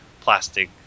plastic